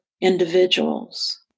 individuals